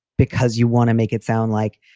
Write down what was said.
because you want to make it sound like,